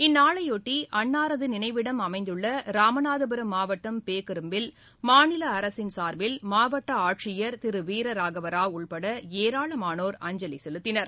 இந்நாளைபொட்டி அன்னாரது நினைவிடம் அமைந்துள்ள ராமநாதபுரம் மாவட்டம் பேக்கரும்பில் மாநில அரசின் சார்பில் மாவட்ட ஆட்சியர் திரு வீரராகவ ராவ் உட்பட ஏராளமானோர் அஞ்சலி செலுத்தினர்